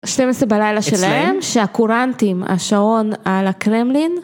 12 בלילה שלהם, שהקורנטים, השעון על הקרמלין